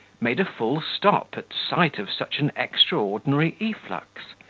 made a full stop at sight of such an extraordinary efflux,